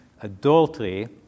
adultery